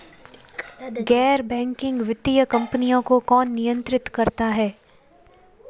गैर बैंकिंग वित्तीय कंपनियों को कौन नियंत्रित करता है?